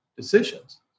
decisions